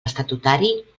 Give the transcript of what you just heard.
estatutari